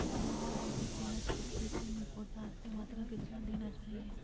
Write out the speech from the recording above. एक कट्टे प्याज की खेती में पोटास की मात्रा कितना देना चाहिए?